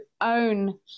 own